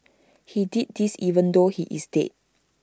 he did this even though he is dead